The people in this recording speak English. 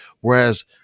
Whereas